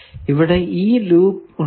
ഇനി ഇവിടെ ലൂപ്പ് ഉണ്ടോ